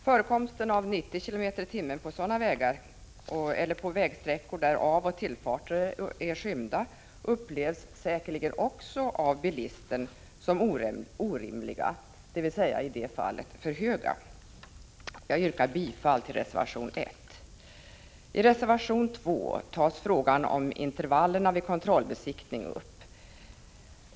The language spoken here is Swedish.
En hastighet av 90 km/tim på sådana vägar eller på vägsträckor där avoch tillfarter är skymda upplevs säkerligen också av bilisten som orimligt hög. Jag yrkar bifall till reservation 1. I reservation 2 tas frågan om intervallerna mellan kontrollbesiktningar upp.